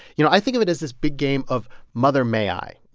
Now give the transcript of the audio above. you know, i think of it as this big game of mother may i,